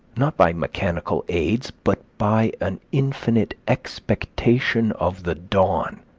not by mechanical aids, but by an infinite expectation of the dawn,